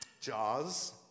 Jaws